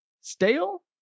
stale